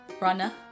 runner